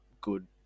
good